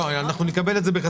לא, אנחנו נקבל את זה כתוב.